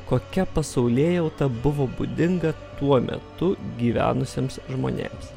kokia pasaulėjauta buvo būdinga tuo metu gyvenusiems žmonėms